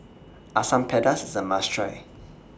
Asam Pedas IS A must Try